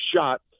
shot